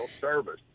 service